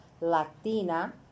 Latina